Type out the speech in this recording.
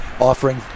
offering